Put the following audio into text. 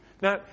Now